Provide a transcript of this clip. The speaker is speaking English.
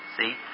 See